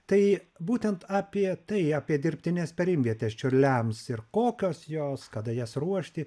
tai būtent apie tai apie dirbtines perimvietes čiurliams ir kokios jos kada jas ruošti